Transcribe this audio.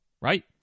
right